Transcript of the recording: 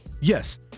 Yes